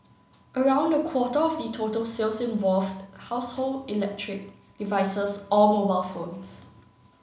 around a quarter of the total sales involved household electric devices or mobile phones